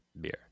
beer